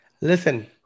listen